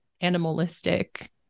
animalistic